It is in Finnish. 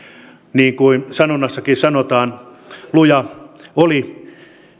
niin kuin sanonnassakin sanotaan luja oli